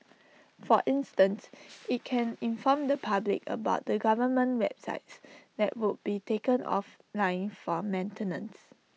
for instance IT can inform the public about the government websites that would be taken offline for maintenance